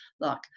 Look